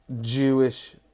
Jewish